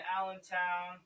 Allentown